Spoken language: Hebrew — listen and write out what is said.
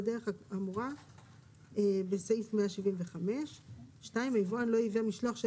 בדרך האמורה בסעיף 175. 2. היבואן לא ייבא משלוח של